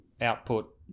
output